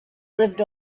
lived